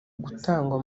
gutangwa